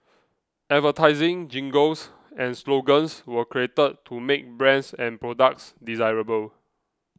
advertising jingles and slogans were created to make brands and products desirable